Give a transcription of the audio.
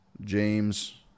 James